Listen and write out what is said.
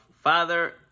father